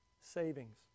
Savings